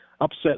upset